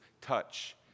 touch